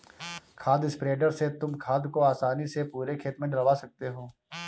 खाद स्प्रेडर से तुम खाद को आसानी से पूरे खेत में डलवा सकते हो